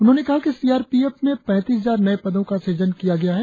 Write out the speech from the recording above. उन्होंने कहा कि सी अर पी एफ में पैतीस हजार नये पदों का सृजन किया गया है